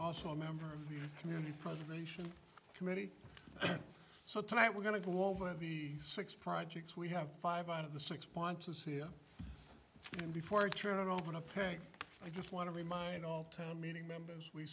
also a member of the community preservation committee so tonight we're going to go over the six projects we have five out of the six pontus here and before i turn it over to pay i just want to remind all town meeting members we